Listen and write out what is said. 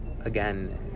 again